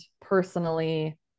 personally